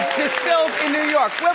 distilled in new york,